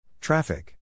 Traffic